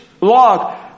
log